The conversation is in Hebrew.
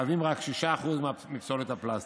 מהווים רק 6% מפסולת הפלסטיק,